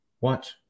watch